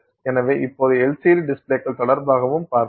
எனவே இப்போது LCD டிஸ்ப்ளேக்கள் தொடர்பாகவும் பார்ப்போம்